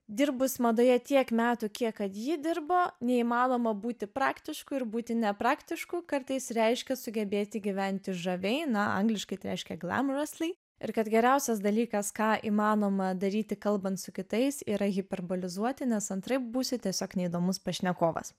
dirbus madoje tiek metų kiek kad ji dirbo neįmanoma būti praktišku ir būti nepraktišku kartais reiškia sugebėti gyventi žaviai na angliškai reiškia glamurously ir kad geriausias dalykas ką įmanoma daryti kalbant su kitais yra hiperbolizuoti nes antraip būsi tiesiog neįdomus pašnekovas